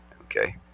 Okay